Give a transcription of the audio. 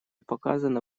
показано